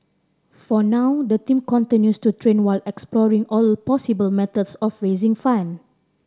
for now the team continues to train while exploring all possible methods of raising fund